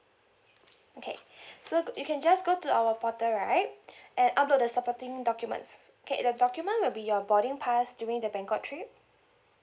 okay so g~ you can just go to our portal right and upload the supporting documents okay the document will be your boarding pass during the bangkok trip